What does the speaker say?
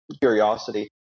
curiosity